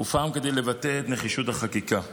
ופעם כדי לבטא את נחישות החקיקה.